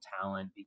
talent